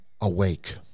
awake